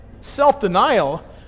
Self-denial